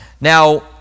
Now